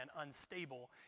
unstable